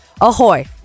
Ahoy